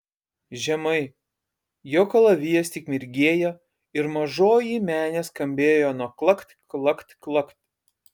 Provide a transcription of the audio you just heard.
žemai jo kalavijas tik mirgėjo ir mažoji menė skambėjo nuo klakt klakt klakt